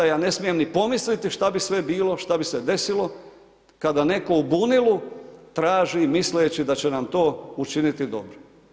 Ja ne smijem ni pomisliti šta bi sve bilo, šta bi se desilo kada netko u bunilu traži misleći da će nam to učiniti dobro.